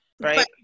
right